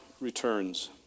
returns